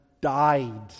died